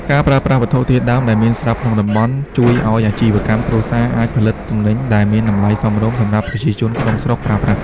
ការប្រើប្រាស់វត្ថុធាតុដើមដែលមានស្រាប់ក្នុងតំបន់ ជួយឱ្យអាជីវកម្មគ្រួសារអាចផលិតទំនិញដែលមានតម្លៃសមរម្យសម្រាប់ប្រជាជនក្នុងស្រុកប្រើប្រាស់។